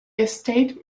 estate